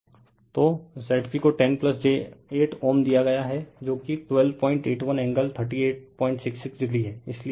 refer slide time 2945 तो Zp को 10 j 8 Ω दिया गया है जो 1281 एंगल 3866o है